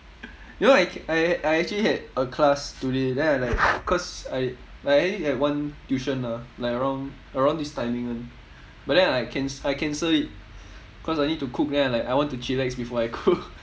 you know I I I actually had a class today then I like cause I like I have at least one tuition ah like around around this timing [one] but then I can~ I cancel it cause I need to cook then I like I want to chillax before I cook